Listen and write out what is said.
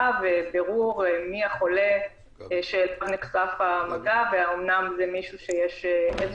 ובירור מי החולה שאליו נחשפו והאמנם זה מישהו שיש איזה